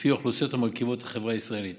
לפי האוכלוסיות המרכיבות את החברה הישראלית